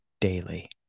daily